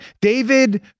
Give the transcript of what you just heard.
David